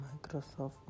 Microsoft